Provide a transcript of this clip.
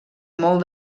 molt